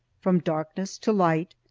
from darkness to light,